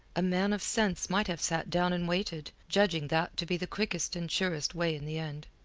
a man of sense might have sat down and waited, judging that to be the quickest and surest way in the end.